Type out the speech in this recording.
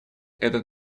этот